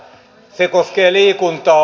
se koskee liikuntaa